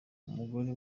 umugore